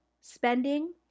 spending